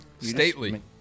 Stately